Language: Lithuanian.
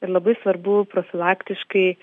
ir labai svarbu profilaktiškai